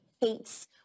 hates